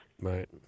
Right